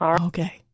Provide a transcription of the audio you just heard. Okay